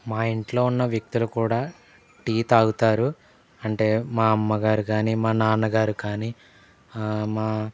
మా ఇంట్లో ఉన్న వ్యక్తులు కూడా టీ తాగుతారు అంటే మా అమ్మ గారు కానీ మా నాన్న గారు కానీ మా